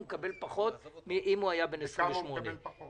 הוא מקבל פחות מאשר אם הוא היה בן 28. בכמה הוא מקבל פחות?